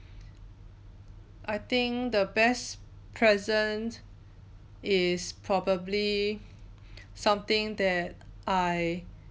I think the best present is probably something that I